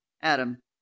Adam